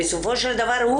בסופו של דבר,